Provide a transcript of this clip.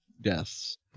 deaths